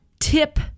tip